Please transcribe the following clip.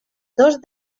dos